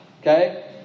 okay